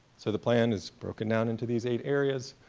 so the plan is broken down into these eight areas,